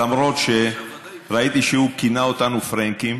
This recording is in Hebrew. למרות שראיתי שהוא כינה אותנו פרענקים.